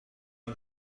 این